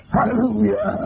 Hallelujah